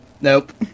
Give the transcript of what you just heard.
Nope